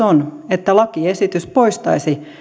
on että lakiesitys poistaisi